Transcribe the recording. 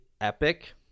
epic